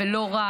ולא רק,